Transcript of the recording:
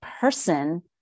person